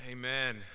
Amen